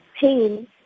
pain